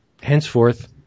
henceforth